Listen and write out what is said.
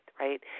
right